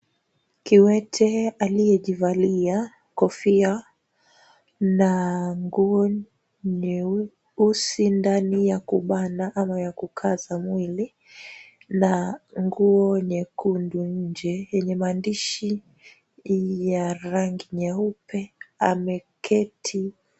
Kiwete aliyejivalia kofia na nguo nyeusi ndani ya kubana ama ya kukaza mwili na nguo nyekundu nje yenye maandishi ya rangi nyeupe ameketi.